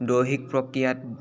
দৈহিক প্ৰক্ৰিয়াত